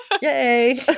yay